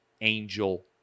angel